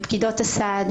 מפקידות הסעד,